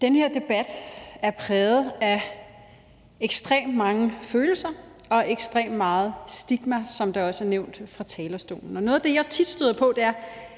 Den her debat er præget af ekstremt mange følelser og ekstremt meget stigma, som der også er blevet nævnt fra talerstolen. Noget af det, jeg tit støder på, er: